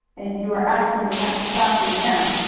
and you are acting in that capacity now.